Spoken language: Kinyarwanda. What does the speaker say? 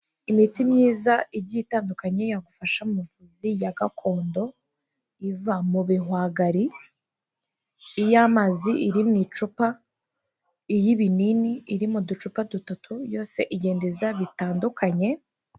Imiti myiza igiye itandukanye yagufasha mu buvuzi ya gakondo iva mu bihwagari, iy'amazi iri mu icupa, iy'ibinini iri mu ducupa dutatu yose igenda iza bitandukanye.